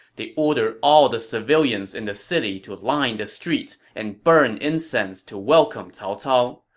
they ordered all the civilians in the city to line the streets and burn incense to welcome cao cao,